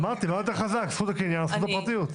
אמרתי: מה יותר חזק, זכות הקניין או זכות הפרטיות?